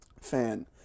Fan